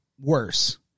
worse